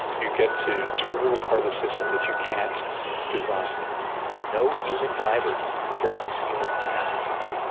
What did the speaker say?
you get to to remove a part of the system that you can't design no human drivers, just human passengers.